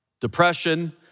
depression